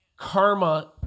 Karma